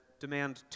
demand